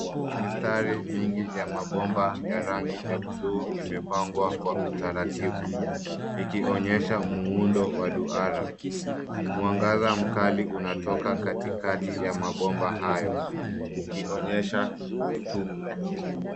Mistari mingi ya mabomba ya rangi ya bluu imepangwa kwa utaratibu. Ikionyesha muundo wa duara. Mwangaza mkali unatoka katikati ya mabomba hayo. Ukionyesha utupu.